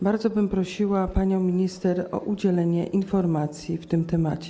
Bardzo bym prosiła panią minister o udzielenie informacji w tym temacie.